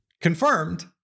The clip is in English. confirmed